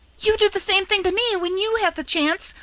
you do the same thing to me when you have the chance,